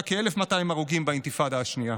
כ-1,200 הרוגים באינתיפאדה השנייה.